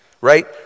right